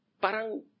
parang